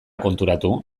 konturatu